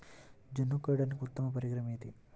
జొన్న కోయడానికి ఉత్తమ పరికరం ఏది?